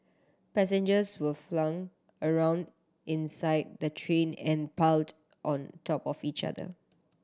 passengers were flung around inside the train and piled on top of each other